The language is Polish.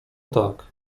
tak